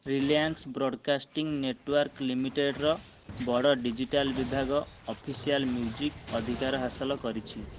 Reliance broadcasting network ଲିମିଟେଡର ବଡ digital ବିଭାଗ ଅଫିସିଆଲ ମ୍ୟୁଜିକ ଅଧିକାର ହାସଲ କରିଛି